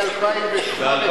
מ-2008 כבר מבקשים.